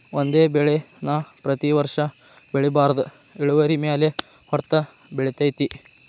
ಒಂದೇ ಬೆಳೆ ನಾ ಪ್ರತಿ ವರ್ಷ ಬೆಳಿಬಾರ್ದ ಇಳುವರಿಮ್ಯಾಲ ಹೊಡ್ತ ಬಿಳತೈತಿ